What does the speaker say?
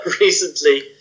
recently